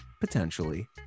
Potentially